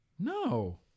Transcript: No